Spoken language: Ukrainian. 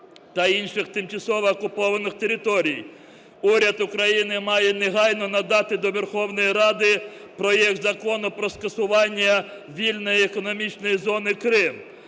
та інших тимчасово окупованих територій. Уряд України має негайно надати до Верховної Ради проект Закону про скасування вільної економічної зони "Крим".